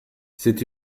c’est